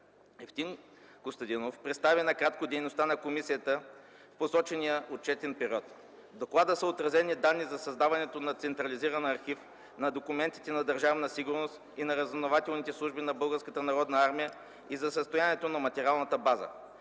Евтим Костадинов представи накратко дейността на комисията в посочения отчетен период. В доклада са отразени данни за създаването на централизиран архив на документите на Държавна сигурност и разузнавателните служби на Българска народна армия и за състоянието на материалната база.